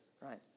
right